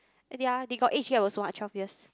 and their they got age gap also what twelve years